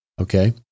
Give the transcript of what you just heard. Okay